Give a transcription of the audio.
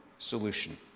solution